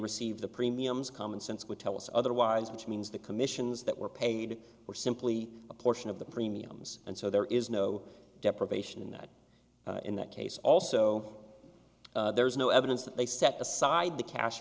received the premiums common sense would tell us otherwise which means the commissions that were paid were simply a portion of the premiums and so there is no deprivation in that in that case also there's no evidence that they set aside the cash